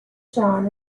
john